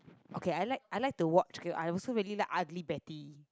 okay I like I like to watch okay I also really like ugly betty